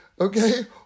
okay